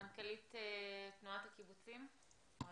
מנכ"לית התנועה הקיבוצית.